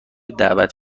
دعوت